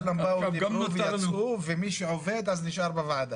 כולם באו דיברו ויצאו ומי שעובד נשאר בוועדה.